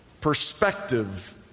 perspective